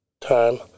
time